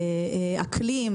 אקלים.